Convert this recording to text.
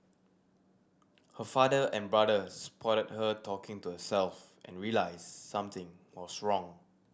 her father and brother spotted her talking to herself and realised something was wrong